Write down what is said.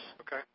Okay